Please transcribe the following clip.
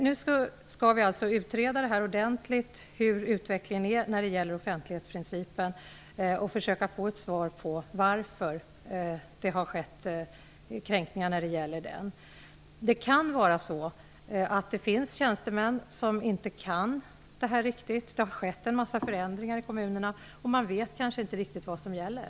Nu skall vi alltså ordentligt utreda utvecklingen när det gäller offentlighetsprincipen och försöka få ett svar på varför det har skett kränkningar. Det kan vara så att det finns tjänstemän som inte riktigt kan det här. Det har skett en hel del förändringar i kommunerna, och man vet kanske inte riktigt vad som gäller.